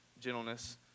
gentleness